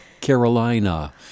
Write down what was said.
Carolina